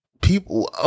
people